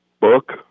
Book